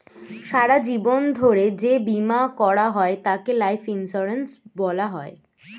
সারা জীবন ধরে যে বীমা করা হয় তাকে লাইফ ইন্স্যুরেন্স বলা হয়